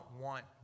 want